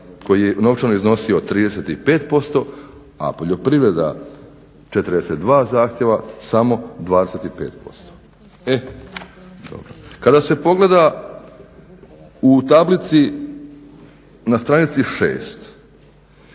koji je novčano iznosio 35% a poljoprivreda 42 zahtjeva samo 25%. Kada se pogleda u tablici na stranici